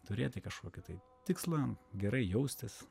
turėti kažkokį tai tikslą gerai jaustis